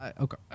Okay